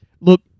Look